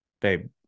babe